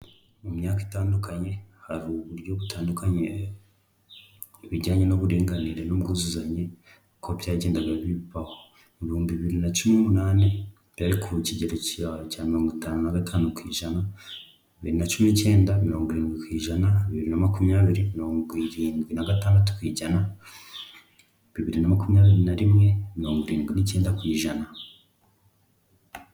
Mu myaka itandukanye, hari uburyo butandukanye ku bijyanye n'uburinganire n'ubwuzuzanye uko byagendaga bibaho. Mu bihumbi bibiri na cumi n'umunani byari ku kigero cya mirongo itanu na gatanu ku ijana, bibiri na cumi n'icyenda mirongo irindwi ku ijana, bibiri na makumyabiri mirongo irindwi na gatandatu ku ijana, bibiri na makumyabiri na rimwe mirongo irindwi n'icyenda ku ijana.